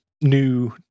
new